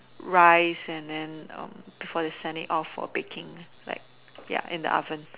rice and then um before they send it off for baking like ya in the oven